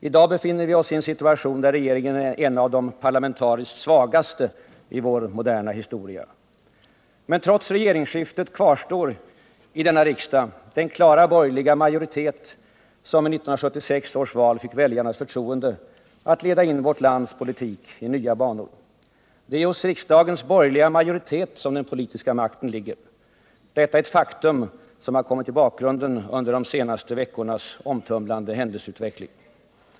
I dag befinner vi oss i en situation, där regeringen är en av de parlamentariskt svagaste i vår moderna historia. Men trots regeringsskiftet kvarstår i denna riksdag den klara borgerliga majoriteten som i 1976 års val fick väljarnas förtroende att leda in vårt lands politik i nya banor. Det är hos riksdagens borgerliga majoritet som den politiska makten ligger. Detta är ett faktum som kommit i bakgrunden under de senaste veckornas omtumlande händelseutveckling.